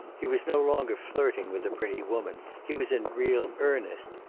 he was no longer flirting with a pretty woman. he was in real earnest.